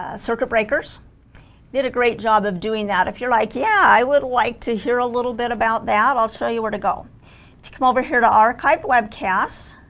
ah circuit breakers did a great job of doing that if you're like yeah i would like to hear a little bit about that i'll show you where to go if you come over here to archived webcasts